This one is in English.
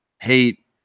hate